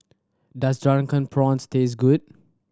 does Drunken Prawns taste good